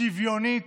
שוויונית,